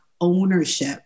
ownership